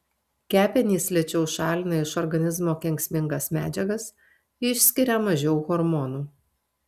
kepenys lėčiau šalina iš organizmo kenksmingas medžiagas išskiria mažiau hormonų